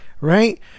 Right